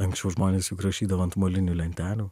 anksčiau žmonės juk rašydavo ant molinių lentelių